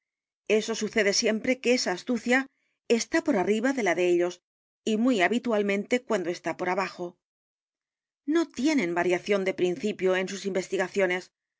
es sucede siempre que esa astucia está por arriba de la de ellos y m u y habitualmente cuando está por abajo no tienen variación de principio en sus investigaciones